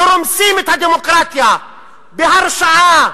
שרומסים את הדמוקרטיה בהרשאה,